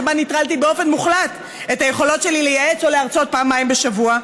שבה נטרלתי באופן מוחלט את היכולות שלי לייעץ או להרצות פעמיים בשבוע,